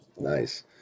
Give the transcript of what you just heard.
Nice